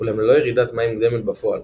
אולם ללא ירידת מים מוקדמת בפועל